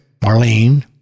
Marlene